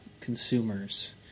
consumers